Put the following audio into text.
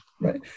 right